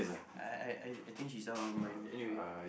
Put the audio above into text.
I I I I think she's out of her mind anyway